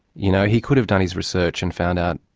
you know, he could've done his research and found out,